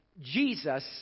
Jesus